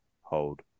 hold